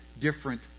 different